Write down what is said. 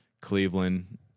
Cleveland